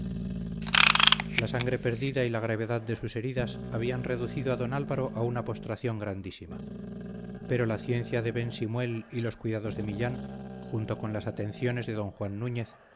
la sangre perdida y la gravedad de sus heridas habían reducido a don álvaro a una postración grandísima pero la ciencia de ben simuel y los cuidados de millán junto con las atenciones de don juan núñez